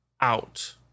out